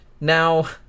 Now